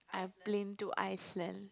I've been to Iceland